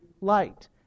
light